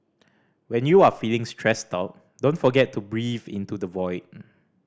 when you are feeling stressed out don't forget to breathe into the void